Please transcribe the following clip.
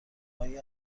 های